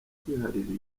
kwiharira